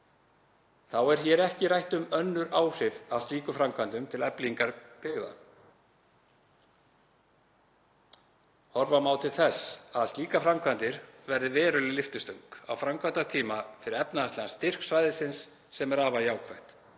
Þá er hér ekki rætt um önnur áhrif af slíkum framkvæmdum til eflingar byggð. Horfa má til þess að slíkar framkvæmdir verði veruleg lyftistöng á framkvæmdatíma fyrir efnahagslegan styrk svæðisins sem er afar jákvætt.